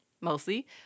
mostly